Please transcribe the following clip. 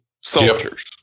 soldiers